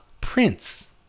Prince